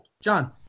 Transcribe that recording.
John